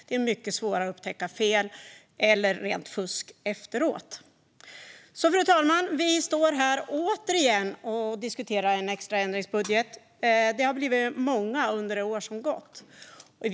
Det är mycket svårare att efteråt upptäcka fel eller rent fusk. Fru talman! Vi diskuterar alltså återigen en ändringsbudget. Det har blivit många under det år som har gått.